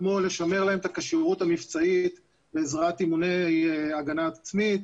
כמו לשמר להם את הכשירות המבצעית בעזרת אימוני הגנה עצמית,